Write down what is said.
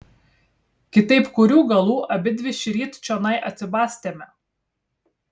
kitaip kurių galų abidvi šįryt čionai atsibastėme